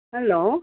hello